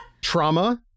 trauma